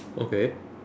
okay